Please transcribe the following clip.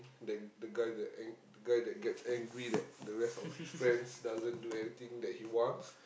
the the guy that ang~ the guy that gets angry that the rest of his friends doesn't do anything that he wants